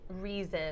reason